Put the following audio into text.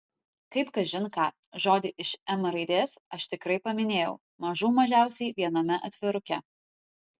kaip kažin ką žodį iš m raidės aš tikrai paminėjau mažų mažiausiai viename atviruke